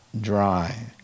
dry